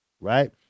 Right